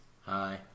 Hi